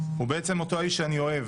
הוא בעצם אותו האיש שאני אוהב